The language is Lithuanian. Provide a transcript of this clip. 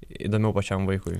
įdomiau pačiam vaikui